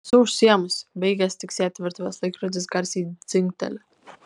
esu užsiėmusi baigęs tiksėti virtuvės laikrodis garsiai dzingteli